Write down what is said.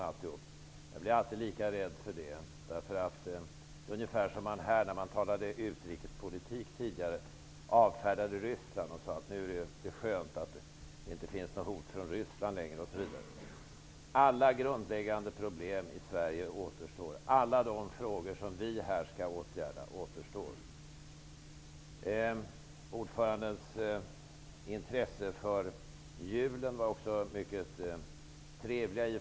Det är ungefär samma sak som när man här i kammaren tidigare diskuterade utrikespolitik och avfärdade hotet från Ryssland med orden: Det är skönt att det inte längre finns något hot från Ryssland, osv. Alla grundläggande problem i Sverige återstår att lösa. Alla de frågor som vi politiker skall åtgärda återstår. Intresset för julen som finansutskottets ordförande visade var mycket trevligt.